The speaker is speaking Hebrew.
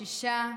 שישה,